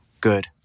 good